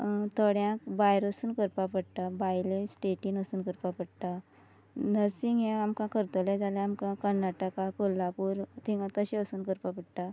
थोड्यांक भायर वचून करपा पडटा भायले स्टॅटीन वचून करपा पडटा नर्सींग हें आमकां करतलें जाल्यार आमकां कर्नाटका कोल्हापूर थिंगां तशें वचून करपा पडटा